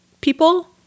people